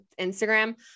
Instagram